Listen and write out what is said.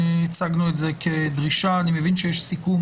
הצגנו את זה כדרישה ואני מבין שיש סיכום